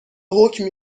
حکم